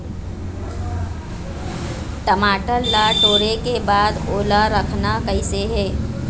टमाटर ला टोरे के बाद ओला रखना कइसे हे?